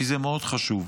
כי זה מאוד חשוב: